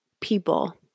people